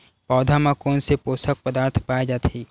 पौधा मा कोन से पोषक पदार्थ पाए जाथे?